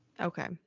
Okay